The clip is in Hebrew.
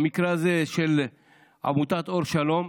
במקרה הזה של עמותת אור שלום,